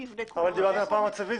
אבל את מדברת על מפה מצבית.